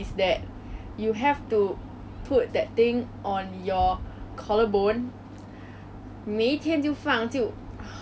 I understand why I didn't want to continue at that time but ever since I joined band in secondary school